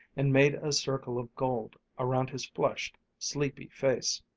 and made a circle of gold around his flushed, sleepy face.